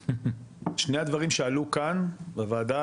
שני הדברים שעלו כאן בוועדה,